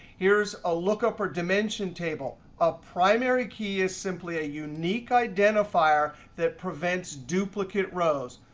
here's a lookup or dimension table. a primary key is simply a unique identifier that prevents duplicate rows.